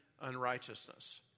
unrighteousness